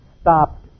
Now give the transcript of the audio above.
stopped